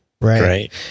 right